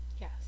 Yes